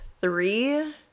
three